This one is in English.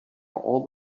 all